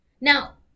Now